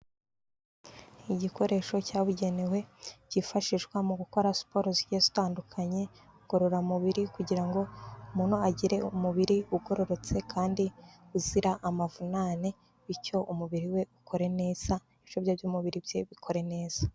Igikoresho cyabugenewe cyifashishwa mu gukora siporo zigiye zitandukanye ngororamubiri kugira ngo umuntu agire umubiri ugororotse kandi uzira amavunane, bityo umubiri we ukore neza ibicu by'umubiri bye bikore neza.